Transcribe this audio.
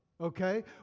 okay